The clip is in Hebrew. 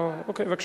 אוקיי, בבקשה.